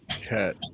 chat